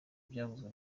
byavuzwe